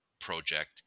project